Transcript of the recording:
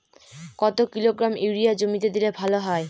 কত kilogram urea জমিতে দিলে ভালো হয়?